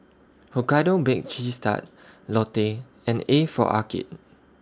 Hokkaido Baked Cheese Tart Lotte and A For Arcade